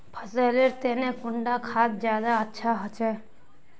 फसल लेर तने कुंडा खाद ज्यादा अच्छा होचे?